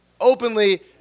openly